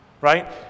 Right